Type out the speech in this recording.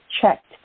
checked